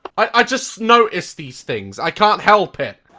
i just notice these things i cant help it.